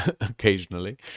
occasionally